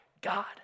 God